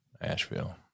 Asheville